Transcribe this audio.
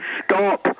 stop